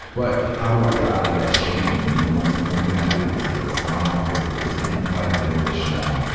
but how do i get out of that shame? you know, what's the one thing i did was kept a smile on my face because can't nobody dim the shine,